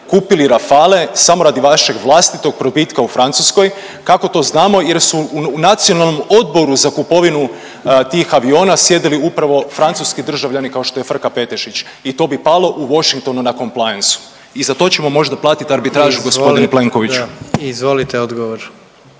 kupili Rafaele samo radi vašeg vlastitog probitka u Francuskoj. Kako to znamo? Jer su u Nacionalnom odboru za kupovinu tih aviona sjedili upravo francuski državljani kao što je Frka Petešić i to bi palo u Washingtonu na komplajensu i za to ćemo možda platit arbitražu g. Plenkoviću. **Jandroković,